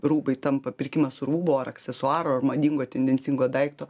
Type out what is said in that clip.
rūbai tampa pirkimas rūbo ar aksesuaro madingo tendencingo daikto